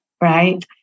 right